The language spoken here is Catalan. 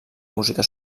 música